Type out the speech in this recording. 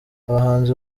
abahanzi